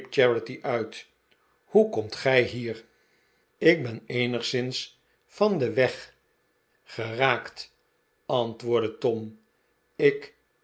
hoe komt gij hier ik ben eenigszins van den weg geraakt antwoordde tom ik